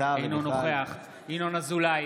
אינו נוכח ינון אזולאי,